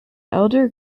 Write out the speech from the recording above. elder